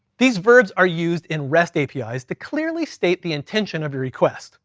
these verbs are used in rest apis to clearly state the intention of your request.